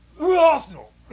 Arsenal